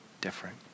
different